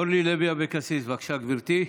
אורלי לוי אבקסיס, בבקשה, גברתי,